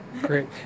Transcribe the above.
Great